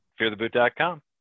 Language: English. Feartheboot.com